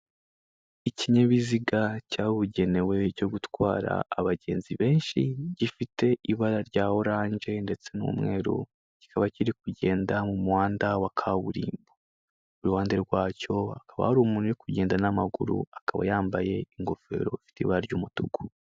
Ikinyabiziga cyabugenewe cyo gutwara abagenzi benshi, gifite ibara rya orange ndetse n'umweru, kikaba kiri kugenda mu muhanda wa kaburimbo. Iruhande rwacyo akaba ari umuntu uri kugenda n'amaguru akaba yambaye ingofero ufite ibara ry'umutuku.